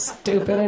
Stupid